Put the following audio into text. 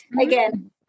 again